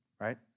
right